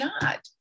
God